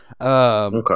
Okay